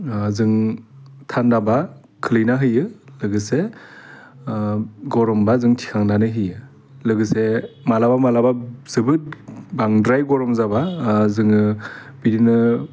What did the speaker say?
जों थान्दाबा खोलैना होयो लोगोसे गरमबा जों थिखांनानै होयो लोगोसे मालाबा मालाबा जोबोद बांद्राय गरम जाबा जोङो बिदिनो